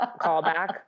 Callback